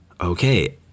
okay